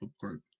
group